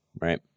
right